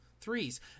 threes